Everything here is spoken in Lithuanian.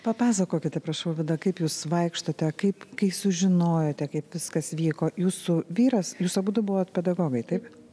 papasakokite prašau vida kaip jūs vaikštote kaip kai sužinojote kaip viskas vyko jūsų vyras jus abudu buvot pedagogai taip